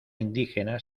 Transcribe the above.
indígena